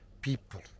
people